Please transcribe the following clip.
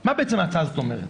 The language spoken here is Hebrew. מה ההצעה הזאת אומרת?